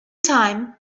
time